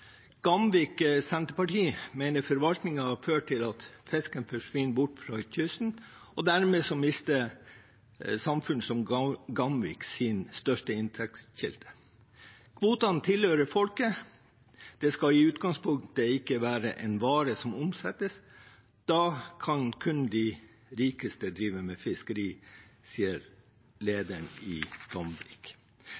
Gamvik Senterparti mener forvaltningen har ført til at fisken forsvinner bort fra kysten, og dermed mister samfunn som Gamvik sin største inntektskilde. Kvotene tilhører folket. Det skal i utgangspunktet ikke være en vare som omsettes. Da kan kun de rikeste drive med fiskeri, sier